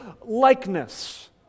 likeness